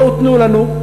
בואו, תנו לנו.